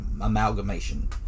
amalgamation